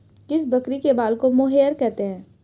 किस बकरी के बाल को मोहेयर कहते हैं?